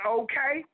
okay